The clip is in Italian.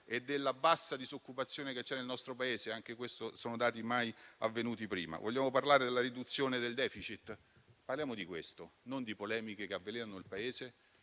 e della bassa disoccupazione che c'è nel nostro Paese? Anche questi sono dati mai registrati prima. Vogliamo parlare della riduzione del *deficit*? Parliamo di questo, non di polemiche che avvelenano il Paese,